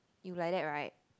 you like that right